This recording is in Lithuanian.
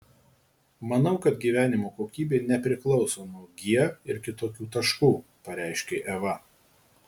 manau kad gyvenimo kokybė nepriklauso nuo g ir kitokių taškų pareiškė eva